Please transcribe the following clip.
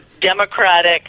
democratic